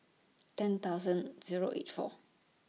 ten thousand Zero eight four